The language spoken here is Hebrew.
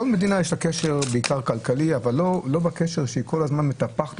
לכל מדינה יש קשר בעיקר כלכלי אבל לא קשר שכל הזמן היא מטפחת